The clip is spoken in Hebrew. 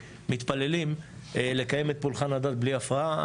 מתפללים לקיים את פולחן הדת בלי הפרעה.